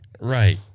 right